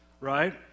right